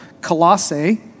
Colossae